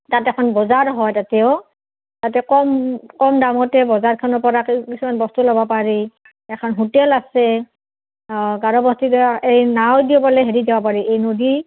তাত এখন বজাৰ হয় তাতেও তাতে কম কম দামতে বজাৰখনৰপৰা কিছুমান বস্তু ল'ব পাৰি এখন হোটেল আছে অঁ গাৰোবস্তিতে এই নাও দি বোলে হেৰিত যাব পাৰি এই নদী